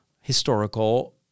historical